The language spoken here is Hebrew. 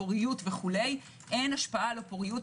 פוריות וכו' אין השפעה על הפוריות.